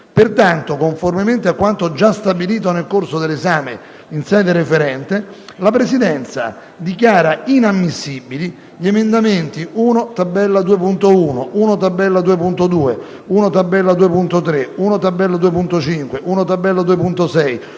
Pertanto, conformemente a quanto già stabilito nel corso dell'esame in sede referente, la Presidenza dichiara inammissibili gli emendamenti 1.Tab.2.1, 1.Tab.2.2, 1.Tab2.3,